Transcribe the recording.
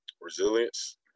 Resilience